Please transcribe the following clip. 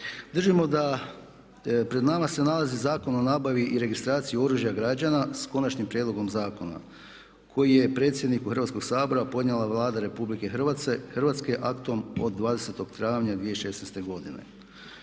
Držimo da pred nama se nalazi Zakon o nabavi i registraciji oružja građana s konačnim prijedlogom zakona koji je predsjedniku Hrvatskog sabora podnijela Vlada Republike Hrvatske aktom od 20. travnja 2016. godine.